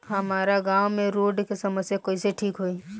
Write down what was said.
हमारा गाँव मे रोड के समस्या कइसे ठीक होई?